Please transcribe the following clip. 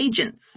agents